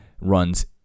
runs